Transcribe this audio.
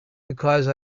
because